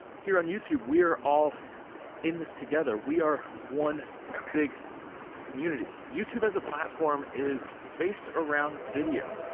here on youtube, we are all in this together, we are one big community. youtube as a platform is based around video.